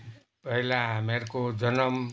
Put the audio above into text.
पहिला हामीहरूको जन्म